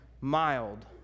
mild